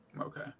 Okay